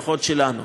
פחות שלנו,